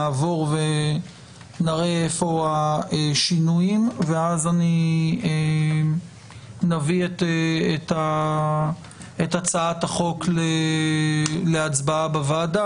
נעבור ונראה איפה השינויים ואז נביא את הצעת החוק להצבעה בוועדה.